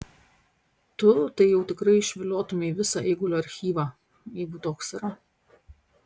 tu tai jau tikrai išviliotumei visą eigulio archyvą jeigu toks yra